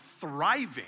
thriving